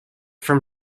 from